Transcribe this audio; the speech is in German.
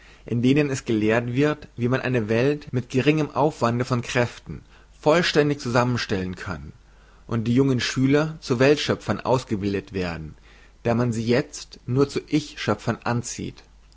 in denen es gelehrt wird wie man eine welt mit geringem aufwande von kräften vollständig zusammenstellen kann und die jungen schüler zu weltschöpfern ausgebildet werden da man sie jezt nur zu ichsschöpfern anzieht